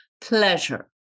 Pleasure